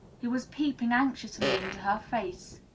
who was peeping anxiously into her face.